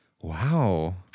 Wow